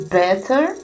better